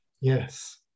Yes